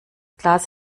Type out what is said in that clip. glas